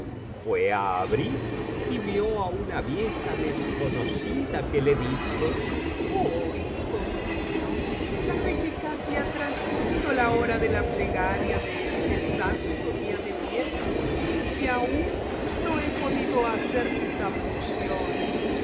fué á abrir y vio á una vieja desconocida que le dijo oh hijo mío sabe que casi ha transcurrido la hora de la plegaria en este santo día de viernes y aún no he podido hacer mis